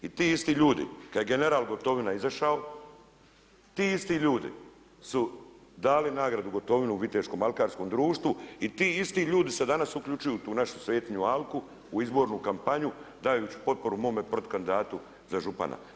I ti isti ljudi kada je general Gotovina izašao, ti isti ljudi su dali nagradu Gotovini u Viteškom alkarskom društvu i ti isti ljudi se danas uključuju u tu našu svetinju alku, u izbornu kampanju, dajući potporu mome protukandidatu za župana.